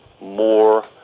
more